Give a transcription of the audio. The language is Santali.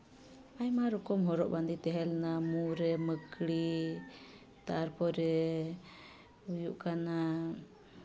ᱟᱭᱢᱟ ᱨᱚᱠᱚᱢ ᱦᱚᱨᱚᱜ ᱵᱟᱸᱫᱮ ᱛᱟᱦᱮᱸ ᱞᱮᱱᱟ ᱢᱩ ᱨᱮ ᱢᱟᱹᱠᱲᱤ ᱛᱟᱨᱯᱚᱨᱮ ᱦᱩᱭᱩᱜ ᱠᱟᱱᱟ